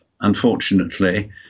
unfortunately